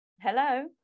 hello